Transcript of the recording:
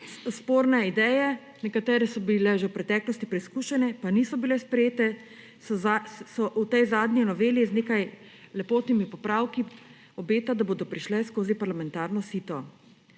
spornim idejam, nekatere so bile že v preteklosti preizkušene, pa niso bile sprejete, se v tej zadnji noveli z nekaj lepotnimi popravki obeta, da bodo prešle skozi parlamentarno sito.